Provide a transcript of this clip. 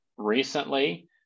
recently